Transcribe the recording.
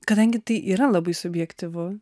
kadangi tai yra labai subjektyvu